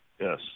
Yes